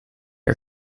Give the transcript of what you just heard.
are